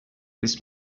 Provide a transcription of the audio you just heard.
this